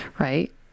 Right